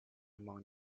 among